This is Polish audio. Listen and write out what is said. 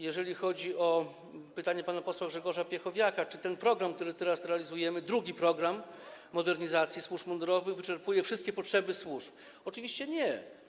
Jeżeli chodzi o pytanie pana posła Grzegorza Piechowiaka, czy ten program, który teraz realizujemy, drugi program modernizacji służb mundurowych, wyczerpuje wszystkie potrzeby służb - oczywiście nie.